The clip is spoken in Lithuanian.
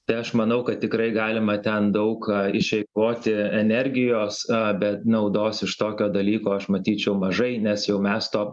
tai aš manau kad tikrai galima ten daug išeikvoti energijos bet naudos iš tokio dalyko aš matyčiau mažai nes jau mes to